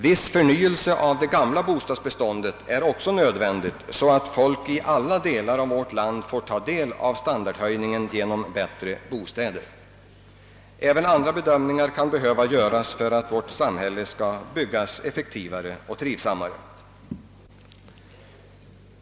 Viss förnyelse av det gamla bostadsbeståndet är också nödvändig, så att folk i alla delar av vårt land får del i standardhöjningen genom bättre bostäder. även andra bedömningar kan behöva göras för att vårt samhälle skall byggas effektivare och trivsammare.